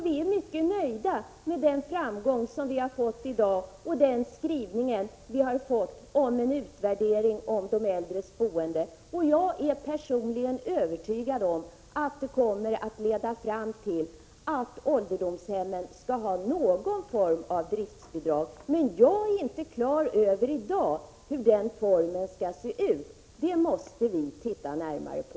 Vi är mycket nöjda med den framgång som vi har fått i dag i form av en skrivning om en utvärdering av de äldres boende. Jag är personligen övertygad om att detta kommer att leda fram till att ålderdomshemmen får någon form av driftsbidrag. Men jag är inte i dag klar över hur dessa driftsbidrag skall se ut. Det måste vi titta närmare på.